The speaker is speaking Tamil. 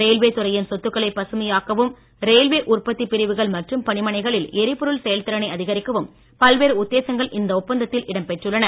ரயில்வே துறையின் சொத்தக்களை பசுமையாக்கவும் ரயில்வே உற்பத்திப் பிரிவுகள் மற்றும் பணிமனைகளில் எரிபொருள் செயல்திறனை அதிகரிக்கவும் பல்வேறு உத்தேசங்கள் இந்த ஒப்பந்தத்தில் இடம் பெற்றுள்ளன